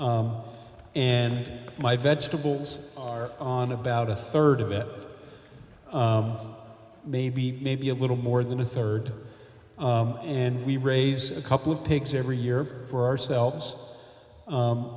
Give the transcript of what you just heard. plot and my vegetables are on about a third of it maybe maybe a little more than a third and we raise a couple of pigs every year for ourselves